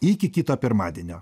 iki kito pirmadienio